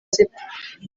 zipfa